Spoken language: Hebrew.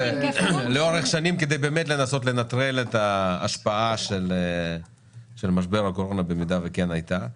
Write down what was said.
כדי באמת לנסות לנטרל את ההשפעה של משבר הקורונה במידה וכן הייתה.